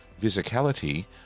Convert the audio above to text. physicality